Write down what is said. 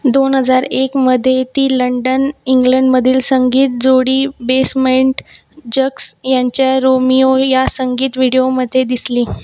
दोन हजार एकमध्ये ती लंडन इंग्लंडमधील संगीत जोडी बेसमेंट जक्स यांच्या रोमियो या संगीत व्हिडिओमध्ये दिसली